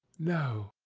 no.